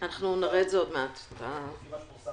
בהנחה